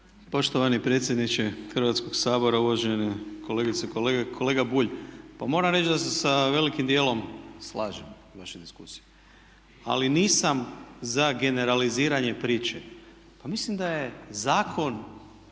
Poštovani predsjedniče Hrvatskog sabora, uvažene kolegice i kolege. Kolega Bulj, pa moram reći da se sa velikim dijelom slažem, vaše diskusije. Ali nisam za generaliziranje priče. Pa mislim da je zakon